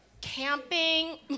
camping